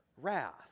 wrath